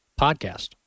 podcast